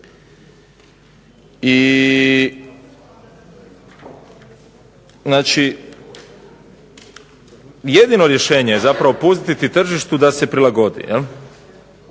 jedino rješenje zapravo pustiti tržištu da se prilagodi,